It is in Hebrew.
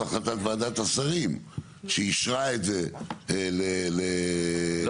החלטת ועדת השרים שאישרה את זה ל --- לא,